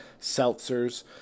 seltzers